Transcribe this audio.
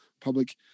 public